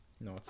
No